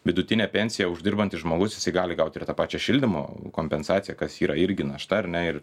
vidutinę pensiją uždirbantis žmogus gali gauti ir tą pačią šildymo kompensaciją kas yra irgi našta ar ne ir